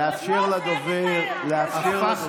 לאפשר לדובר, לאפשר לדובר.